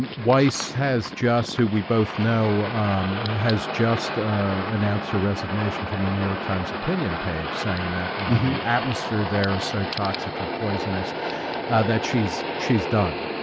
um weiss has just who we both know. um has just ah announced her resignation from the new york times opinion page saying that you know the atmosphere there is so toxic and poisonous ah that she's she's done.